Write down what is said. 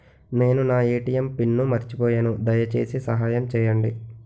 నేను నా ATM PIN మర్చిపోయాను, దయచేసి సహాయం చేయండి